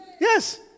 Yes